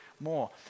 more